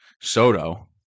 Soto